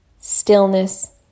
stillness